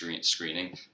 screening